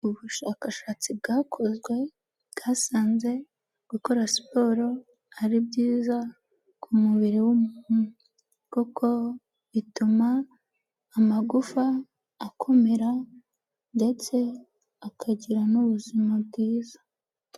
Ubushakashatsi bwakozwe bwasanze gukora siporo ari byiza ku mubiri w'umuntu koko bituma amagufa akomera ndetse akagira n'ubuzima bwiza.